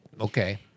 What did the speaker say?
Okay